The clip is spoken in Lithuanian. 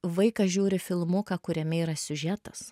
vaikas žiūri filmuką kuriame yra siužetas